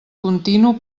continu